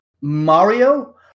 Mario